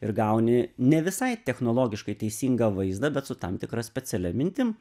ir gauni ne visai technologiškai teisingą vaizdą bet su tam tikra specialia mintim